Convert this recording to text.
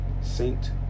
Saint